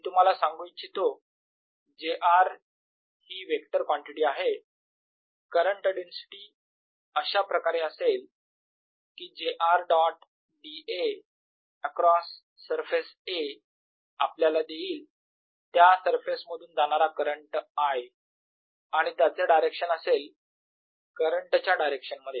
मी तुम्हाला सांगू इच्छितो j r ही वेक्टर क्वांटिटी आहे करंट डेन्सिटी अशाप्रकारे असेल की j r dot d a across surface a आपल्याला देईल त्या सरफेस मधून जाणारा करंट I आणि त्याचे डायरेक्शन असेल करंट च्या डायरेक्शन मध्ये